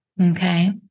Okay